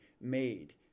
made